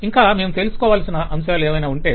ఇంకా మేము తెలుసుకోవాల్సిన అంశాలు ఏమైనా ఉంటే